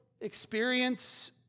experience